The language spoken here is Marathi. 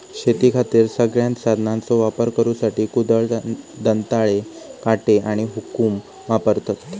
शेतीखातीर सगळ्यांत साधनांचो वापर करुसाठी कुदळ, दंताळे, काटे आणि हुकुम वापरतत